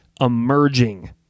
emerging